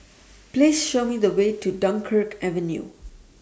Please Show Me The Way to Dunkirk Avenue